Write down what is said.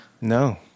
No